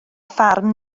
ffarm